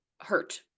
hurt